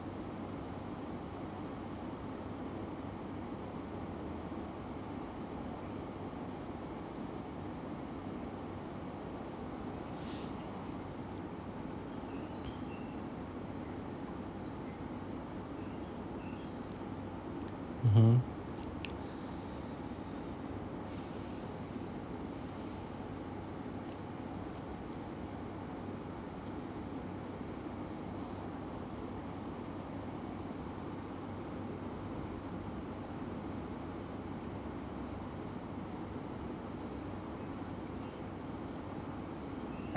mmhmm